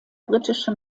britische